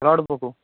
rod ଉପୁରୁକୁ